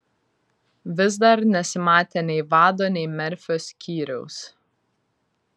vis dar nesimatė nei vado nei merfio skyriaus